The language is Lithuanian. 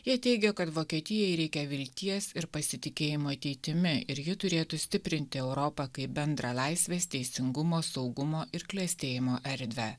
jie teigia kad vokietijai reikia vilties ir pasitikėjimo ateitimi ir ji turėtų stiprinti europą kaip bendrą laisvės teisingumo saugumo ir klestėjimo erdvę